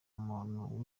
muntu